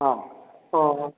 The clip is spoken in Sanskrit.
आम्